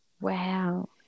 Wow